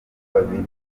babiri